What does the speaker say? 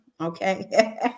okay